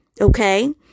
Okay